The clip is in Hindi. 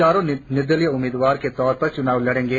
चारों निर्दलीय उम्मीदवार के तौर पर चुनाव लड़ेंगे